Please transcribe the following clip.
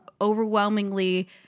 overwhelmingly